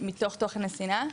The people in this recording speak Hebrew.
מתוך תוכן השנאה?